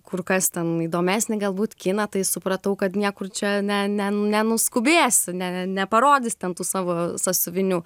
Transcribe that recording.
kur kas ten įdomesnį galbūt kiną tai supratau kad niekur čia ne ne ne nuskubėsi ne ne neparodysi ten tų savo sąsiuvinių